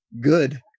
Good